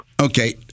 Okay